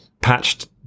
patched